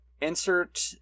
insert